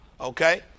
Okay